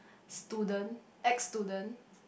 student ex student